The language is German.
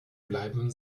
bleiben